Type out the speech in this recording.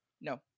No